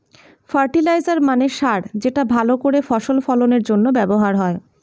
fertiliser মানে সার যেটা ভালো করে ফসল ফলনের জন্য ব্যবহার হয়